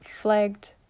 flagged